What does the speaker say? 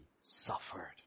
suffered